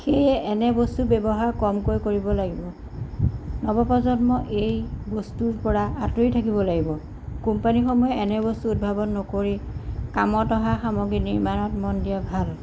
সেয়ে এনে বস্তু ব্যৱহাৰ কমকৈ কৰিব লাগিব নৱ প্ৰজন্ম এই বস্তুৰপৰা আঁতৰি থাকিব লাগিব কোম্পানীসমূহে এনে বস্তু উদ্ভাৱন নকৰি কামত অহা সামগ্ৰী নিৰ্মাণত মন দিয়া ভাল